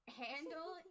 handle